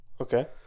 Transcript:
Okay